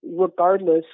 regardless